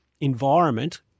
environment